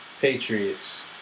Patriots